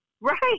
Right